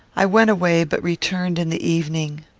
i went away, but returned in the evening.